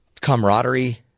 camaraderie